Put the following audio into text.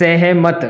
सहमत